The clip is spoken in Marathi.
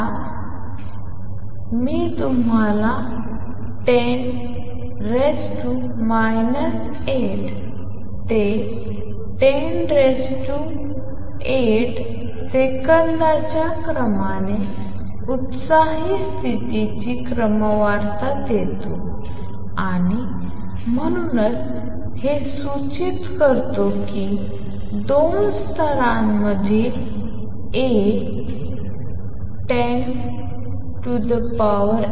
तर आता मी तुम्हाला 10 8 ते 10 8 सेकंदांच्या क्रमाने उत्साही स्थितीची क्रमवारता देतो आणि म्हणूनच हे सूचित करते की 2 स्तरांमधील ए 108 ते 109